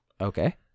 Okay